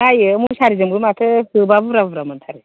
जायो मुसारिजोंबो माथो होबा बुरजा बुरजा मोनथारो